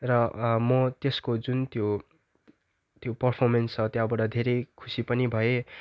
र म त्यसको जुन त्यो त्यो पर्फमेन्स छ त्यहाँबाट धेरै खुसी पनि भएँ